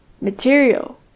material